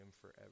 forever